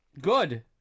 Good